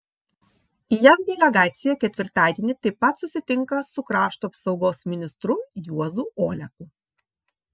jav delegacija ketvirtadienį taip pat susitinka su krašto apsaugos ministru juozu oleku